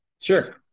Sure